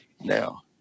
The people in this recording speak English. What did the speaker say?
now